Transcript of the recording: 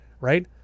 Right